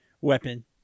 weapon